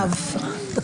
זה כתוב בתורה, אגב.